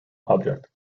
object